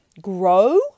grow